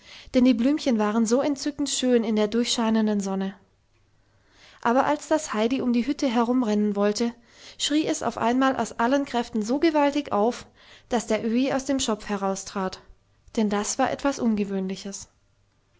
denn die blümchen waren so entzückend schön in der durchscheinenden sonne aber als das heidi um die hütte herumrennen wollte schrie es auf einmal aus allen kräften so gewaltig auf daß der öhi aus dem schopf heraustrat denn das war etwas ungewöhnliches